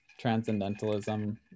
transcendentalism